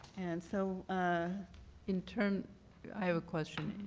and so ah in terms i have a question.